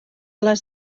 les